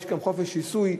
יש גם חופש שיסוי,